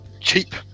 cheap